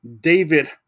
David